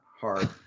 hard